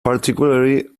particularly